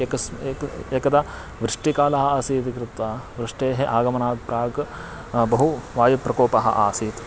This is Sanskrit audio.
एकस् एक एकदा वृष्टिकालः आसीदिति कृत्वा वृष्टेः आगमनात् प्राक् बहु वायुप्रकोपः आसीत्